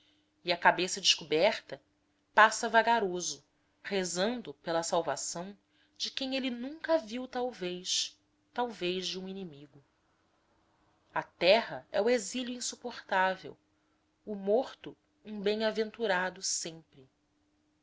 e a cabeça descoberta passa vagaroso rezando pela salvação de quem ele nunca viu talvez talvez de um inimigo a terra é o exílio insuportável o morto um bem-aventurado sempre